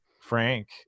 Frank